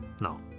No